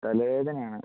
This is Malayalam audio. തലവേദനയാണ്